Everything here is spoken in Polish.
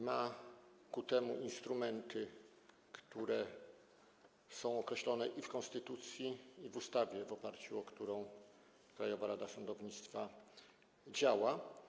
Ma ku temu instrumenty, które są określone i w konstytucji, i w ustawie, w oparciu o którą Krajowa Rada Sądownictwa działa.